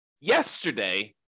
yesterday